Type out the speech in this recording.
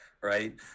right